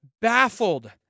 baffled